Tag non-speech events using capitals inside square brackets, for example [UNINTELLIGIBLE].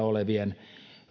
[UNINTELLIGIBLE] olevien lasten